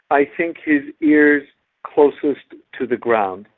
i think, his ears closest to the ground.